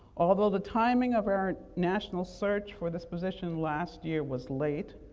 although the timing of our national search for this position last year was late,